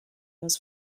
was